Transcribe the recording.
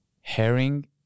herring